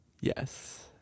Yes